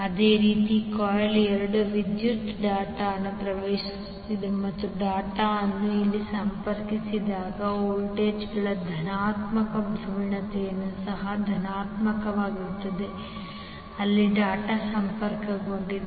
ಅದೇ ರೀತಿ ಕಾಯಿಲ್ 2 ವಿದ್ಯುತ್ ಡಾಟ್ ಅನ್ನು ಪ್ರವೇಶಿಸುತ್ತಿದೆ ಮತ್ತು ಡಾಟ್ ಅನ್ನು ಇಲ್ಲಿ ಸಂಪರ್ಕಿಸಿದಾಗ ವೋಲ್ಟೇಜ್ಗಳ ಧನಾತ್ಮಕ ಧ್ರುವೀಯತೆಯು ಸಹ ಧನಾತ್ಮಕವಾಗಿರುತ್ತದೆ ಅಲ್ಲಿ ಡಾಟ್ ಸಂಪರ್ಕಗೊಂಡಿದೆ